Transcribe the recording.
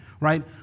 right